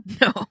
No